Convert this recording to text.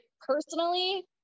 personally